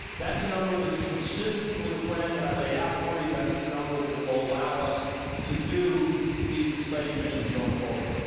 that's a number that's consistent with the plan that i laid out for you, that's a number that will allow us to do these exciting missions going forward.